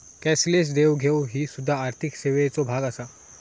cashless देवघेव ही सुध्दा आर्थिक सेवेचो भाग आसा